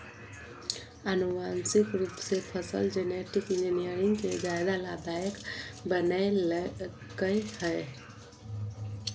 आनुवांशिक रूप से फसल जेनेटिक इंजीनियरिंग के ज्यादा लाभदायक बनैयलकय हें